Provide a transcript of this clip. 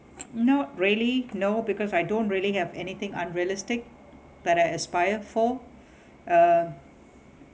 not really no because I don't really have anything unrealistic that I aspire for uh